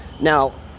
now